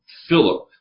Philip